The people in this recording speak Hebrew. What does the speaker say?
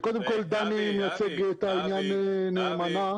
קודם כל דני מייצג את העניין נאמנה.